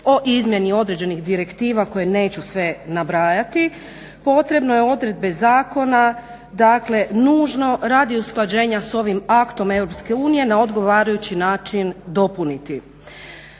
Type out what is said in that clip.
o izmjeni određenih direktiva koje neću sve nabrajati potrebno je odredbe zakona, dakle nužno radi usklađenja sa ovim aktom EU na odgovarajući način dopuniti.